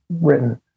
written